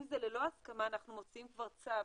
אם זה ללא הסכמה אנחנו מוציאים כבר צו